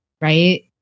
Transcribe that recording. right